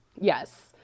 Yes